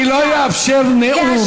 אני לא אאפשר נאום.